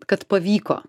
kad pavyko